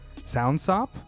Soundsop